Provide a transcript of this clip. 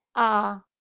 ah.